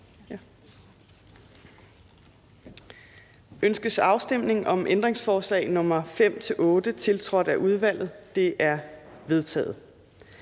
Ønskes afstemning om ændringsforslag nr. 1, tiltrådt af udvalget? Det er vedtaget.